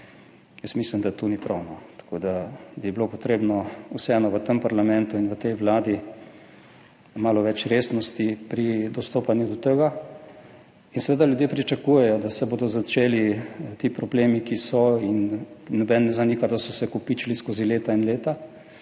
in mislim, da to ni prav. Tako da bi bilo potrebne vseeno v tem parlamentu in v tej vladi malo več resnosti pri dostopanju do tega. Seveda ljudje pričakujejo, da se bodo začeli ti problemi, ki so – in nihče tega ne zanika – se kopičili skozi leta in leta,